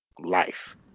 life